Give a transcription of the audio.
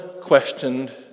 questioned